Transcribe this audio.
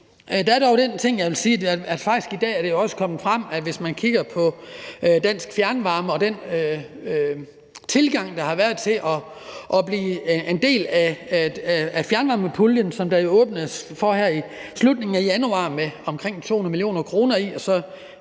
i dag også er kommet frem, at hvis man kigger på Dansk Fjernvarme og den interesse, der har været, for at søge om at få del i fjernvarmepuljen, som der jo åbnedes for her i slutningen af januar med omkring 200 mio. kr. og